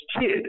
kid